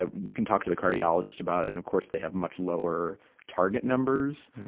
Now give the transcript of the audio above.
ah you can talk to the cardiologist about it. and, of course, they have much lower target numbers.